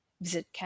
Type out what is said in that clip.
Visit